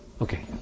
Okay